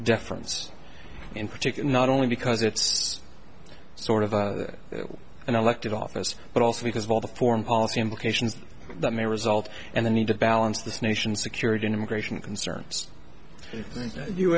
deference in particular not only because it's sort of an elected office but also because of all the foreign policy implications that may result in the need to balance this nation's security and immigration concern